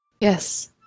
Yes